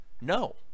No